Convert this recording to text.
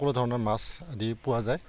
সকলো ধৰণৰ মাছ আদি পোৱা যায়